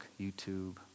YouTube